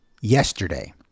yesterday